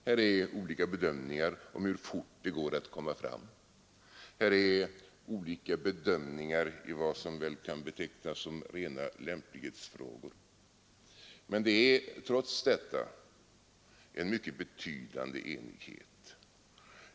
Här finns olika bedömningar av hur fort det går att komma fram, olika bedömningar av vad som väl kan betecknas som rena lämplighetsfrågor. Men det är trots detta en mycket betydande enighet.